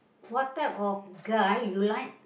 what type of guy you like